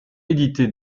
édité